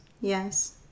Yes